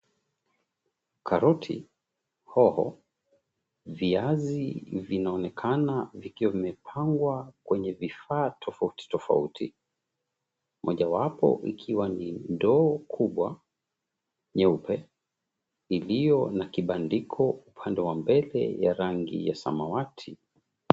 Karoti, hoho, viazi vinaonekana vikiwa vimepangwa kwenye vifaa tofauti tofauti moja wapo ikiwa ni ndoo kubwa nyeupe iliyo na kibandiko upande wa mbele ya rangi ya samawati.